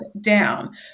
down